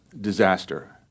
disaster